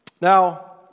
Now